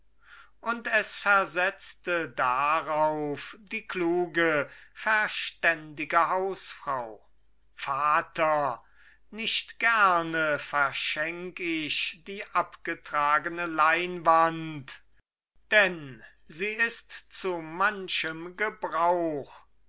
und es versetzte darauf die kluge verständige hausfrau vater nicht gerne verschenk ich die abgetragene leinwand denn sie ist zu manchem gebrauch